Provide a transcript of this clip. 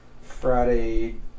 Friday